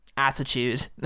attitude